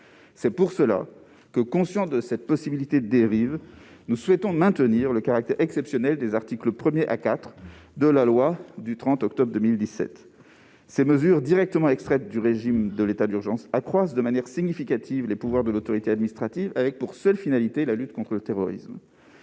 libertés publiques. Conscients de cette dérive, nous souhaitons maintenir le caractère exceptionnel des articles 1 à 4 de la loi du 30 octobre 2017. Ces mesures directement extraites du régime de l'état d'urgence accroissent de manière significative les pouvoirs de l'autorité administrative, avec pour seule finalité la lutte contre le terrorisme.